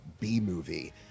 B-movie